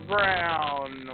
Brown